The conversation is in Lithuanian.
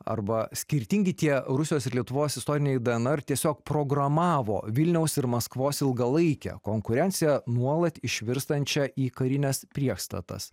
arba skirtingi tie rusijos ir lietuvos istoriniai dnr tiesiog programavo vilniaus ir maskvos ilgalaikę konkurenciją nuolat išvirstančią į karines priešstatas